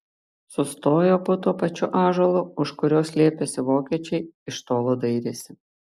sustojo po tuo pačiu ąžuolu už kurio slėpėsi vokiečiai iš tolo dairėsi